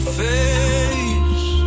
face